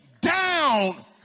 down